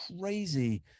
crazy